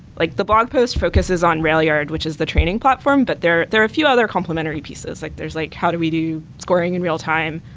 like the blog post focuses on railyard, which is the training platform, but there there are a few other complementary pieces. like there's like how do we do scoring in real time?